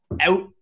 out